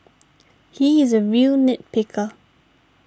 he is a real nit picker